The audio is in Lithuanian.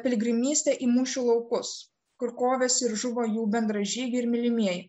piligrimystę į mūšių laukus kur kovėsi ir žuvo jų bendražygiai ir mylimieji